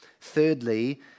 Thirdly